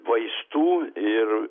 vaistų ir